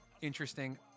interesting